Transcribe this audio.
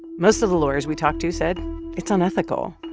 most of the lawyers we talked to said it's unethical.